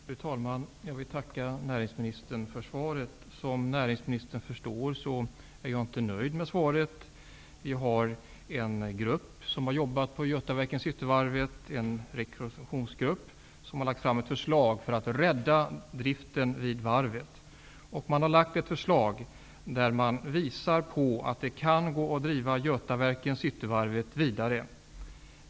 Fru talman! Jag vill tacka näringsministern för svaret. Som näringsministern förstår är jag inte nöjd med svaret. Cityvarvet har arbetat fram ett förslag för att rädda driften vid varvet. I förslaget visar man på att det kan gå att driva Götaverken-Cityvarvet vidare.